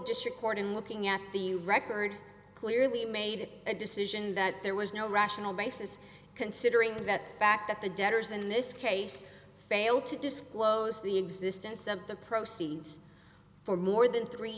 district court in looking at the record clearly made a decision that there was no rational basis considering that fact that the debtors in this case failed to disclose the existence of the proceeds for more than three